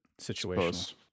situational